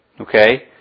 Okay